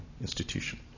institution